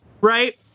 right